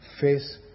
face